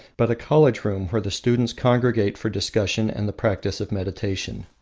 but a college room where the students congregate for discussion and the practice of meditation.